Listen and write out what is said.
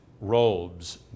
robes